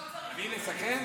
סיכמת.